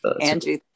Andrew